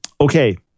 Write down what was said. Okay